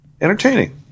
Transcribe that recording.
entertaining